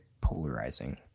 polarizing